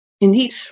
Indeed